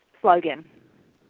slogan